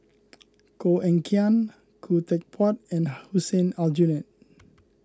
Koh Eng Kian Khoo Teck Puat and Hussein Aljunied